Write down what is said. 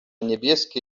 niebieskie